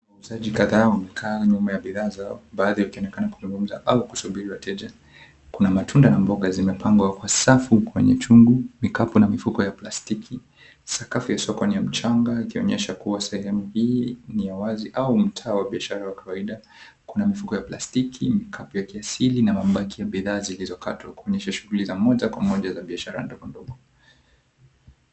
Wauzaji kadhaa wamekaa nyuma ya bidhaa zao baadhi wakionekana kuzungumza au kusubiri wateja. Kuna matunda na mboga zimepangwa kwa safu kwenye chungu, vikapu na mifuko ya plastiki. Sakafu ya soko ni ya mchanga ikionyesha kuwa sehemu hii ni ya wazi au mtaa wa biashara wa kawaida. Kuna mifuko ya plastiki, vikapu vya kawaida na mabegi ya bidhaa zilizokatwa kuonyesha shughuli za moja kwa moja za biashara ndogondogo.